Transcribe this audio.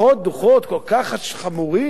לפחות בדוחות כל כך חמורים,